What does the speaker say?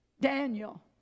Daniel